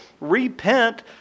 repent